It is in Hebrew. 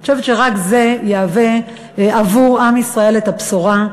אני חושבת שרק זה יהיה עבור עם ישראל בשורה,